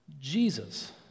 Jesus